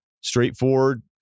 straightforward